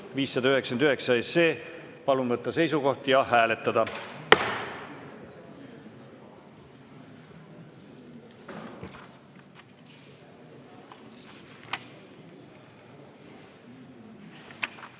598. Palun võtta seisukoht ja hääletada!